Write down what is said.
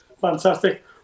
fantastic